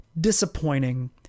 disappointing